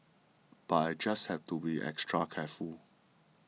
but I just have to be extra careful